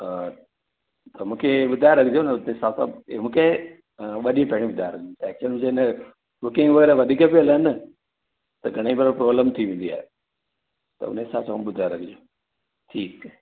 अ त मूंखे ॿुधाए रखिजो न उते हिसाब सां मूंखे अ ब डींहं पहिरियों ॿुधाए रखिजो एक्चुली हिनजे छोकि हींअर वधीक थियूं हलनि त घणे घणे प्रॉब्लम थी वेंदी आहे त उन हिसाब सां ॿुधाए रखिजो ठीकु आहे ओके